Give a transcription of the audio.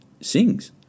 sings